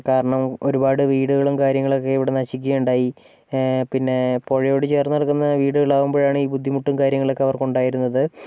കാരണം ഒരുപാട് വീടുകളും കാര്യങ്ങളൊക്കെ ഇവിടെ നശിക്കുകയുണ്ടായി പിന്നെ പുഴയോടു ചേർന്നു കിടക്കുന്ന വീടുകളാകുമ്പോഴാണ് ഈ ബുദ്ധിമുട്ടും കാര്യങ്ങളൊക്കെ അവർക്കുണ്ടായിരുന്നത്